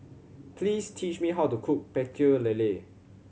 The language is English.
please teach me how to cook Pecel Lele